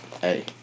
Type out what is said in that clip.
Hey